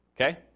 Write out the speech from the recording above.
Okay